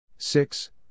Six